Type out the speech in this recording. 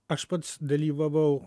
aš pats dalyvavau